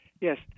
Yes